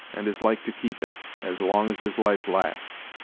and is like to keep it as long as his life lasts.